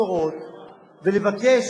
על דברים לא מובנים